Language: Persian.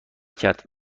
کرد